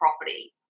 property